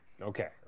okay